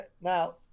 now